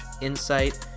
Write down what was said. insight